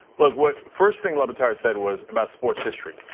look, what first thing le batard said was about sports history,